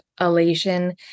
elation